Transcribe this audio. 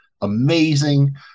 Amazing